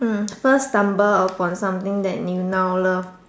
hmm first stumble upon something that you now love